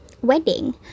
wedding